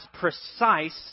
precise